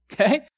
okay